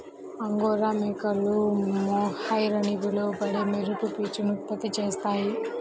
angora మేకలు mohair అని పిలువబడే మెరుపు పీచును ఉత్పత్తి చేస్తాయి